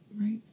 right